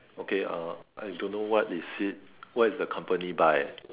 okay uh I don't know what is it what is the company by